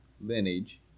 lineage